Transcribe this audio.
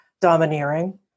domineering